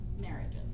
marriages